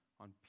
on